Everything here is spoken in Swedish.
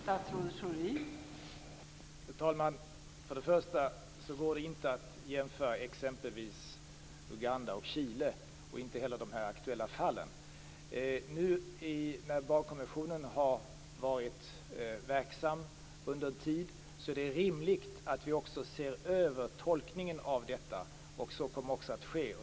Fru talman! Först och främst går det inte att jämföra Uganda och Chile och inte heller de aktuella fallen. Barnkonventionen har varit verksam en tid. Nu är det rimligt att se över tolkningen av den. Så kommer att ske.